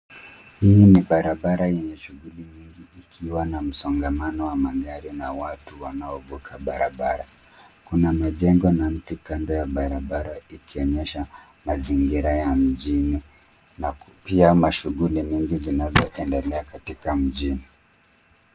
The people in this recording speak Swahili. Hii ni barabara yenye shughuli nyingi ikiwa na msongamano wa magari na watu wanaovuka barabara. Kuna majengo na mti kando ya barabara ikionyesha mazingira ya mjini na pia mashughuli mingi zinazoendelea katika mjini.